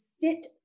sit